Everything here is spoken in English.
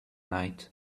night